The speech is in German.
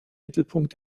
mittelpunkt